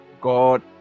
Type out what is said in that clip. God